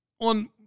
on